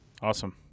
Awesome